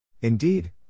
Indeed